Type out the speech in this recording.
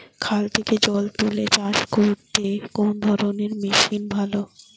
খাল থেকে জল তুলে চাষ করতে কোন ধরনের মেশিন ভালো?